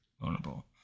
vulnerable